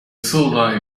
solar